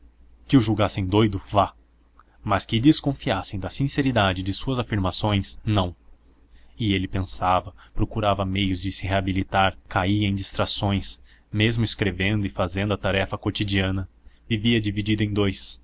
que o julgassem doido vá mas que desconfiassem da sinceridade de suas afirmações não e ele pensava procurava meios de se reabilitar caía em distrações mesmo escrevendo e fazendo a tarefa quotidiana vivia dividido em dous